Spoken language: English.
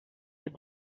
said